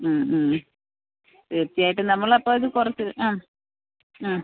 ഉം ഉം തീർച്ചയായിട്ടും നമ്മൾ അപ്പോൾ അത് പുറത്ത് ആ ആ